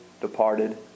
departed